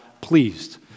pleased